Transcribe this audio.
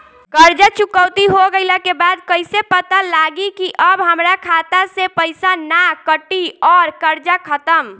कर्जा चुकौती हो गइला के बाद कइसे पता लागी की अब हमरा खाता से पईसा ना कटी और कर्जा खत्म?